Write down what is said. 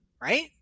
right